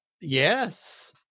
Yes